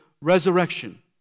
resurrection